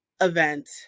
event